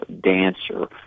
dancer